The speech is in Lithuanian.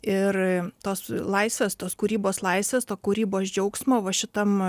ir tos laisvės tos kūrybos laisvės to kūrybos džiaugsmo va šitam